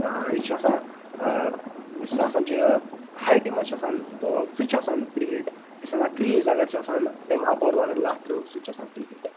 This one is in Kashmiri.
یہٕ چھِ آسان سُہ آسان چھُ ہایٹہِ مَنٛز چھِ آسان بال سُہ تہِ چھُ آسان فری ہِٹ بیٚیہِ چھُ آسان کریٖز اَگَر چھُ آسان تمہِ اپور اگر لَتھ ترٲو سُہ تہِ چھُ آسان فری ہِٹ